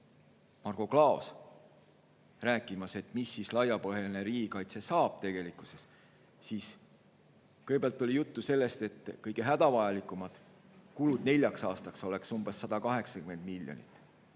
Margo Klaos rääkimas, mida laiapõhjaline riigikaitse saab, siis kõigepealt oli juttu sellest, et kõige hädavajalikumad kulud neljaks aastaks oleks umbes 180 miljonit